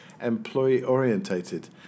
employee-orientated